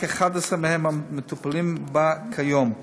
רק 11 מהם מטופלים בה כיום.